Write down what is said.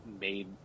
made